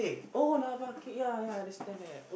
oh lah !wah! I understand that